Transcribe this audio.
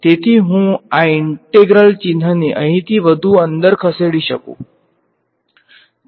તેથી હું આ ઈંટેગ્રલ ચિહ્નને અહીંથી વધુ અંદર ખસેડી શકું છું